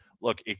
look